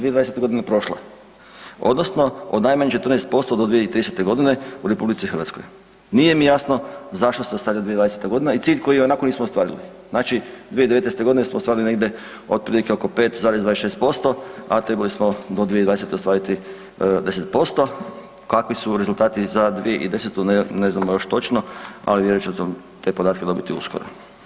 2020.g. je prošla „odnosno od najmanje 14% do 2030.g. u RH.“ Nije mi jasno zašto se ostavlja 2020.g. i cilj koji i onako nismo ostvarili, znači 2019.g. smo ostvarili negdje otprilike oko 5,26%, a trebali smo do 2020.ostvariti 10% Kakvi su rezultati za 2010., ne znamo još točno, ali vjerujem da ćemo te podatke dobiti uskoro.